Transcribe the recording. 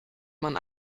man